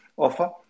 offer